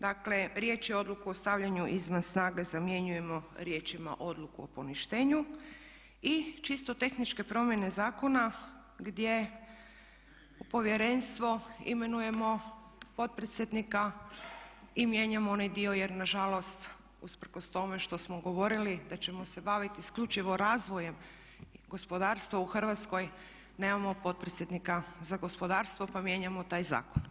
Dakle riječi odluku o stavljanju izvan snage zamjenjujemo riječima odluku o poništenju i čisto tehničke promjene zakona gdje u povjerenstvo imenujemo potpredsjednika i mijenjamo onaj dio jer nažalost usprkos tome što smo govorili da ćemo se baviti isključivo razvojem gospodarstva u Hrvatskoj nemamo potpredsjednika za gospodarstvo pa mijenjamo taj zakon.